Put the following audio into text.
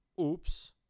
oops